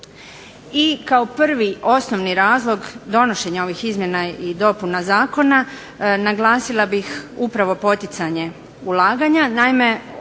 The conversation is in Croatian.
i kao prvi osnovni razlog donošenja ovih izmjena i dopuna zakona naglasila bih upravo poticanje ulaganja. Naime,